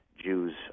Jews